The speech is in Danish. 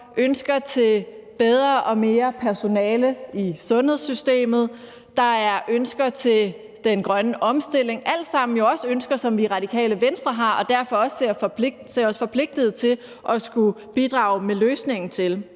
ønsker om bedre og mere personale i sundhedssystemet, der er ønsker til den grønne omstilling – alt sammen jo ønsker, som vi i Radikale Venstre også har og derfor også ser os forpligtede til at skulle bidrage med løsningen til